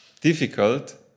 difficult